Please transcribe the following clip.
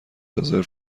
رزرو